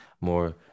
more